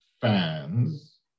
fans